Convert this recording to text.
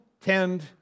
tend